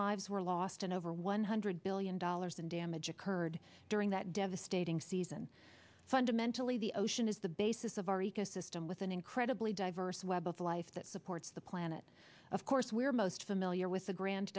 lives were lost and over one hundred billion dollars in damage occurred during that devastating season fundamentally the ocean is the basis of our ecosystem with an incredibly diverse web of life that supports the planet of course we're most familiar with the gran